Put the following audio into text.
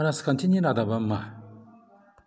राजखान्थिनि रादाबा मा